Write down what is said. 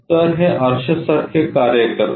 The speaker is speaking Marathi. तर हे आरशासारखे कार्य करते